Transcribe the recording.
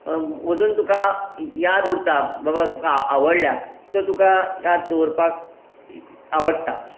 अजून तुका याद उरता बाबा तुका आवडल्या तो तुका याद दवरपाक आवडटा अशें